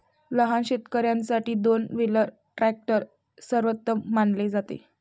लहान शेतकर्यांसाठी दोन व्हीलर ट्रॅक्टर सर्वोत्तम मानले जाते